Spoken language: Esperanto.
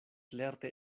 lerte